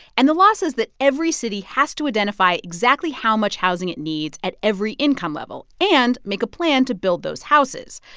and the law says that every city has to identify exactly how much housing it needs at every income level, and make a plan to build those houses.